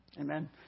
amen